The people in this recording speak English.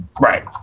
Right